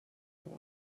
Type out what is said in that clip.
boy